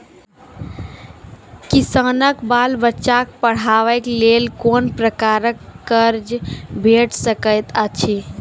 किसानक बाल बच्चाक पढ़वाक लेल कून प्रकारक कर्ज भेट सकैत अछि?